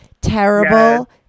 terrible